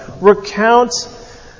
Recount